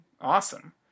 awesome